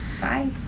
Bye